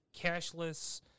cashless